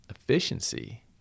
efficiency